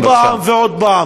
מה אנחנו עושים, רבותי?